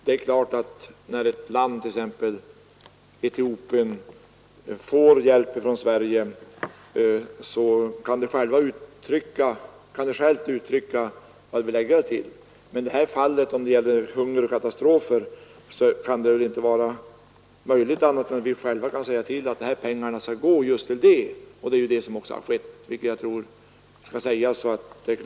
Det är klart att när ett land, t.ex. Etiopien, får hjälp från Sverige, så kan det självt uttrycka var det vill lägga hjälpen, men i de fall det gäller hunger och katastrofer kan det väl inte vara möjligt annat än att Sverige kan bestämma att pengarna skall gå just till sådan hjälp. Och det har ju också skett, vilket kanske bör klart utsägas.